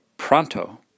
Pronto